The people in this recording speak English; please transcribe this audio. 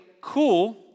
cool